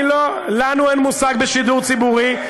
אין לכם מושג לא בשידור הציבורי,